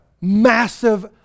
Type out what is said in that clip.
massive